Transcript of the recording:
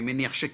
אני מניח שכן.